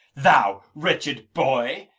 thou, wretched boy,